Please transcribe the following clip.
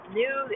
new